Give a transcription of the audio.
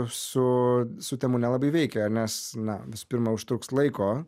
su su temu nelabai veikia nes na visų pirma užtruks laiko